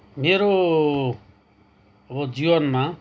मेरो अब जीवनमा